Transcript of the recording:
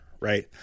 right